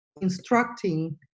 instructing